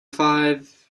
five